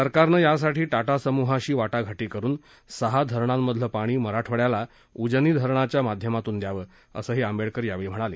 सरकारनं यासाठी टाटा समूहाशी वाटाघाटी करुन सहा धरणातलं पाणी मराठवाङ्याला उजनी धरणाच्या माध्यमातून द्यावंअसं आंबेडकर यावेळी म्हणाले